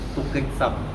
token sum